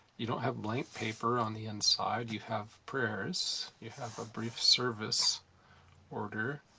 you don't have blank paper on the inside. you have prayers. you have a brief service order,